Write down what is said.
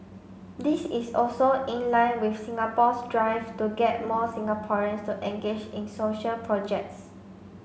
this is also in line with Singapore's drive to get more Singaporeans to engage in social projects